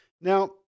Now